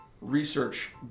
research